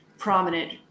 Prominent